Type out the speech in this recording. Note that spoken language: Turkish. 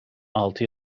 altı